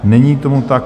Není tomu tak.